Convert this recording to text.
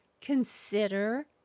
consider